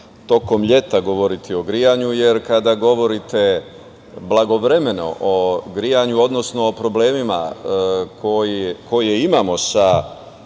tokom leta govoriti o grejanju, jer kada govorite blagovremeno o grejanju, odnosno o problemima koje imamo sa